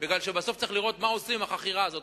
כי בסוף צריך לראות מה עושים עם החכירה הזאת.